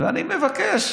אני מבקש,